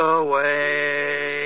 away